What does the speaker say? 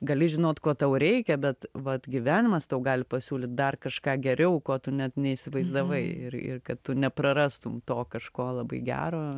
gali žinot ko tau reikia bet vat gyvenimas tau gali pasiūlyt dar kažką geriau ko tu net neįsivaizdavai ir ir kad tu neprarastum to kažko labai gero